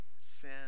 sin